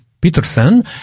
Peterson